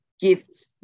gifts